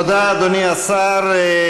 תודה, אדוני השר.